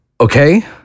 Okay